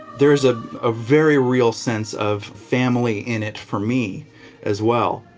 there is a ah very real sense of family in it for me as well.